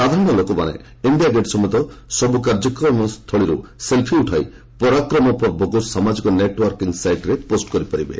ସାଧାରଣ ଲୋକମାନେ India Gate ସମେତ ସବୁ କାର୍ଯ୍ୟକ୍ରମ ସ୍ଥଳୀରୁ ସେଲ୍ଫି ଉଠାଇ ପରାକ୍ରମ ପର୍ବକୁ ସାମାଜିକ ନେଟ୍ୱାର୍କିଂ ସାଇଟ୍ରେ ପୋଷ୍ଟ କରିପାରିବେ